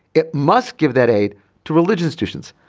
it must give that aid to religious citizens.